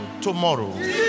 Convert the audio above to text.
tomorrow